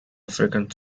african